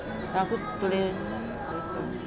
but aku tulis letter